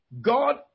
God